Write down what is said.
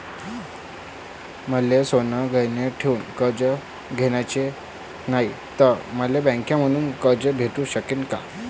मले सोनं गहान ठेवून कर्ज घ्याचं नाय, त मले बँकेमधून कर्ज भेटू शकन का?